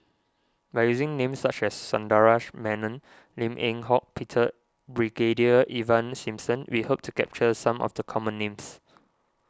by using names such as Sundaresh Menon Lim Eng Hock Peter Brigadier Ivan Simson we hope to capture some of the common names